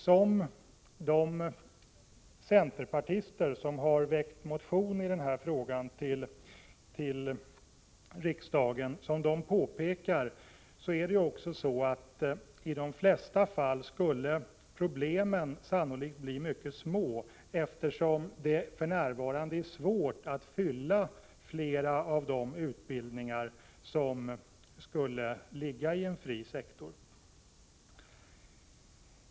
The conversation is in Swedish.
Som de centerpartister vilka i riksdagen har väckt en motion i denna fråga så riktigt påpekar skulle problemen i de flesta fall sannolikt bli mycket små, eftersom det för närvarande är svårt att fylla flera av de utbildningar som skulle ligga i en fri sektor.